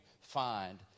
find